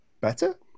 better